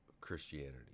christianity